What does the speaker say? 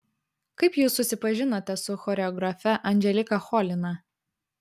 kaip jūs susipažinote su choreografe anželika cholina